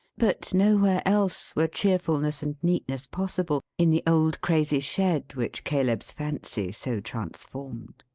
but nowhere else, were cheerfulness and neatness possible, in the old crazy shed which caleb's fancy so transformed.